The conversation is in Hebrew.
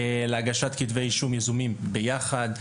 להגשת כתבי אישום יזומים יחד.